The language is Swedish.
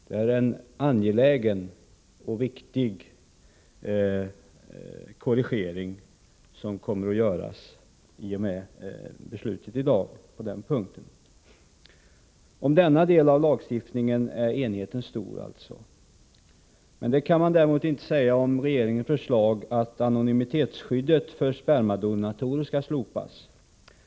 Det är en angelägen och viktig korrigering som kommer att göras i och med beslutet i dag. Om denna del av lagstiftningen är enigheten stor. Det kan man däremot inte säga om regeringens förslag att anonymitetsskyddet för spermadonatorer skall slopas.